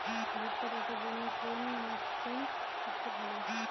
ভুট্টা চাষের জন্যে কোন মরশুম সবচেয়ে ভালো?